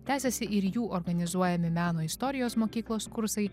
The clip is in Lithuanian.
tęsiasi ir jų organizuojami meno istorijos mokyklos kursai